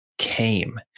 came